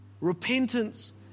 repentance